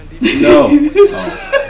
no